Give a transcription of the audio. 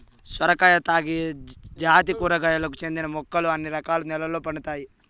సొరకాయ తీగ జాతి కూరగాయలకు చెందిన మొక్కలు అన్ని రకాల నెలల్లో పండుతాయి